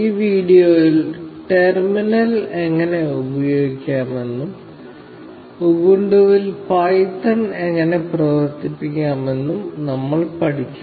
ഈ വീഡിയോയിൽ ടെർമിനൽ എങ്ങനെ ഉപയോഗിക്കാമെന്നും ഉബുണ്ടുവിൽ പൈത്തൺ എങ്ങനെ പ്രവർത്തിപ്പിക്കാമെന്നും നമ്മൾ പഠിക്കും